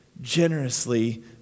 generously